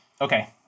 okay